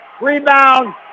Rebound